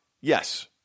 yes